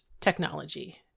technology